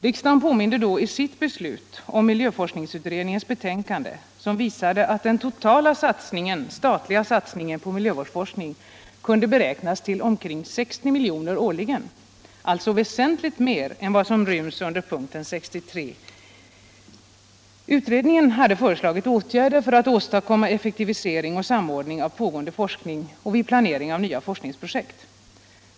Riksdagen påminde då i sitt beslut om miljöforskningsutredningens betänkande, som visade att den totala statliga satsningen på miljövårdsforskning kunde beräknas till omkring 60 miljoner årligen; alltså väsentligt mer än vad som ryms under punkten 63. Utredningen hade föreslagit åtgärder för att åstadkomma effektivisering och samordning av pågående forskning och vid planeringen av nya forskningsprojekt.